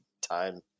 time